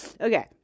okay